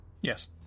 Yes